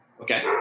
Okay